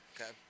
Okay